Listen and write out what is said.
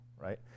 right